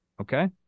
Okay